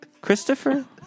Christopher